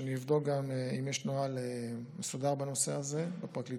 שאני אבדוק גם אם יש נוהל מסודר בנושא הזה בפרקליטות.